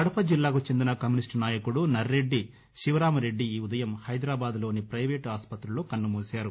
కడప జిల్లాకు చెందిన కమ్యూనిస్టు నాయకుడు నరెడ్డి శివరామిరెడ్డి ఈ ఉదయం హైదరాబాద్లోని పైవేటు ఆస్పతిలో కన్నమూశారు